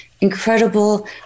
incredible